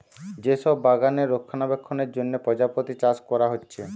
যে সব বাগানে রক্ষণাবেক্ষণের জন্যে প্রজাপতি চাষ কোরা হচ্ছে